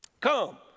Come